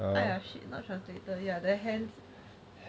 !aiya! shit the translator ya then hand